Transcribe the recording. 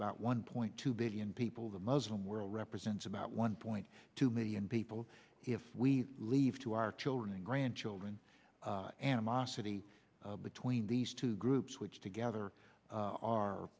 about one point two billion people the muslim world represents about one point two million people if we leave to our children and grandchildren animosity between these two groups which together